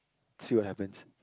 still will happens